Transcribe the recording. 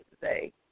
today